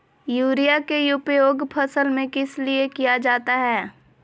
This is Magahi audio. युरिया के उपयोग फसल में किस लिए किया जाता है?